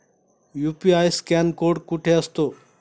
UPI scan code कुठे असतो?